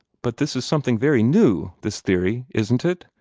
but this is something very new, this theory, isn't it?